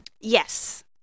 Yes